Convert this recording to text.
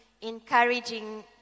encouraging